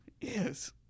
yes